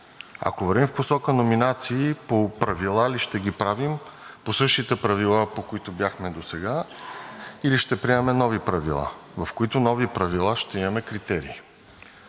Ако вървим в посока номинации, по правила ли ще ги правим – по същите правила, по които бяхме досега, или ще приемаме нови правила, в които нови правила ще имаме критерии?